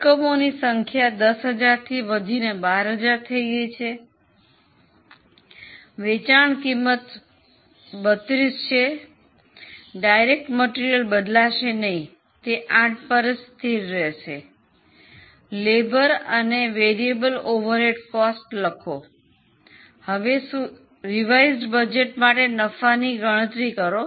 એકમોની સંખ્યા 10000 થી વધીને 12000 થઈ ગઈ છે વેચાણ કિંમત 32 છે પ્રત્યક્ષ માલ સામાન બદલાશે નહીં તે 8 પર સ્થિર રહેશે મજૂરી અને ચલિત પરોક્ષ ખર્ચ લખો હવે સુધારેલા બજેટ માટે નફાની ગણતરી કરો